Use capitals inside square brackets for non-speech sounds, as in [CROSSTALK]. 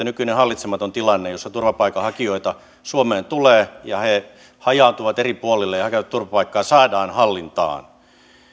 [UNINTELLIGIBLE] nykyinen hallitsematon tilanne jossa turvapaikanhakijoita suomeen tulee ja he hajaantuvat eri puolille ja hakevat turvapaikkaa saadaan hallintaan